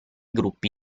gruppi